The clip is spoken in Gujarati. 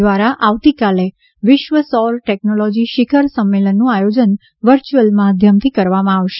દ્વારા આવતીકાલે વિશ્વ સૌર ટેકનોલોજી શિખર સંમેલનનું આયોજન વર્ચ્યુઅલ માધ્યમથી કરવામાં આવશે